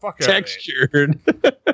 textured